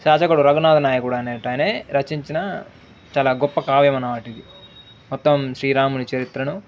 శాచకుడు రఘనాథ నాయ కూడా అనే ఆయనే రచించిన చాలా గొప్ప కావ్యం అనవాటిది మొత్తం శ్రీరాముని చరిత్రను